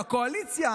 והקואליציה,